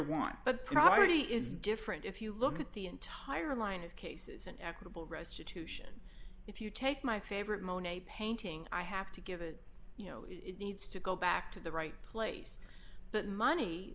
want but priority is different if you look at the entire line is cases an equitable restitution if you take my favorite monet painting i have to give it you know it needs to go back to the right place but money